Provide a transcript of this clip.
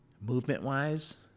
movement-wise